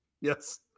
Yes